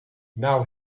now